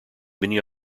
many